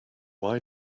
why